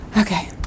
Okay